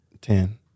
ten